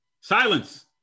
Silence